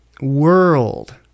world